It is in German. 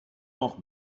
noch